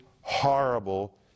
horrible